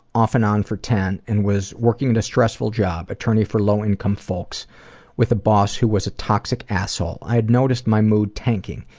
off and on for ten, and was working at a stressful job attorney for low income folks with a boss who was a toxic asshole. i had noticed my mood tanking.